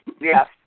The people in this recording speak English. Yes